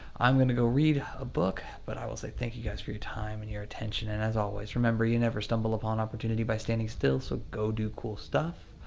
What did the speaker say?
i'm gonna go read a book, but i will say thank you guys for your time and your attention. and as always, remember, you never stumble upon opportunity by standing still, so go do cool stuff.